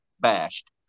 bashed